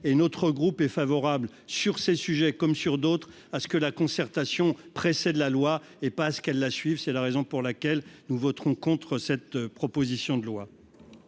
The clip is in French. notre groupe est favorable sur ces sujets comme sur d'autres, à ce que la concertation, pressé de la loi et parce qu'elle la suivent, c'est la raison pour laquelle nous voterons contre cette proposition de loi.